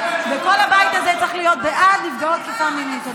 וכל הבית הזה צריך להיות בעד נפגעות תקיפה מינית.